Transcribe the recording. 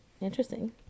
interesting